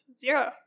Zero